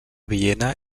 viena